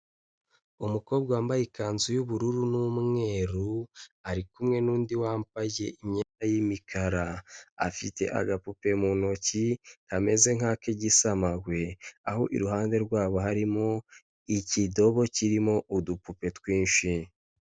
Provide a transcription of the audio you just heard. Umukobwa wambaye ikanzu y'ubururu n'umweru, ari kumwe n'undi wambaye imyenda y'imikara, afite agapupe mu ntoki, kameze nk'ak'igisamagwe; aho iruhande rwabo harimo, ikidobo kirimo udupupe twinshi.